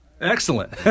Excellent